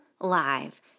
live